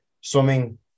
swimming